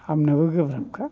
हामनोबो गोब्राबखा